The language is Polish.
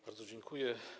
Bardzo dziękuję.